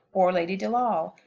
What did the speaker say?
or lady de lawle.